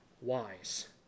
wise